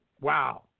wow